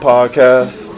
Podcast